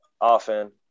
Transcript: often